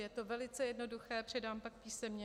Je to velice jednoduché, předám pak ještě písemně.